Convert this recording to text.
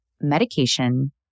medication